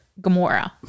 Gamora